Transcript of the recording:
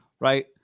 Right